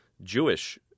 Jewish